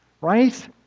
Right